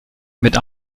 mit